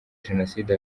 jenoside